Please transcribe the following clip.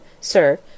sir